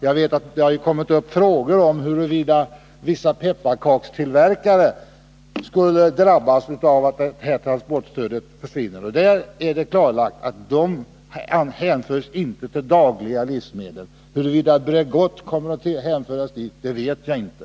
Jag vet att det har kommit upp frågor om huruvida vissa pepparkakstillverkare skulle drabbas av att transportstödet försvinner. I detta fall är det klarlagt att pepparkakor inte hänförs till dagliga livsmedel. Huruvida Bregott kommer att hänföras dit vet jag inte.